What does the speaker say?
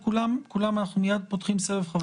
מתנה, כולם מתפטרים ולא יכולים לחזור.